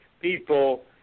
people